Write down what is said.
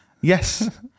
Yes